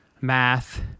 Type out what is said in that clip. math